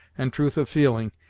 and truth of feeling,